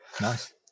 Nice